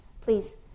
please